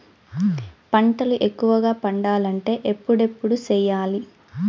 పంటల ఎక్కువగా పండాలంటే ఎప్పుడెప్పుడు సేయాలి?